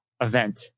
event